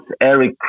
Eric